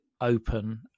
open